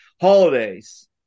holidays